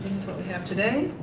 what we have today.